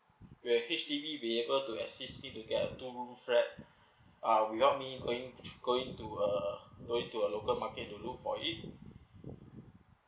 will H_D_B be able to assist me to get a two room flat uh without me going going to uh going to uh local market to look for it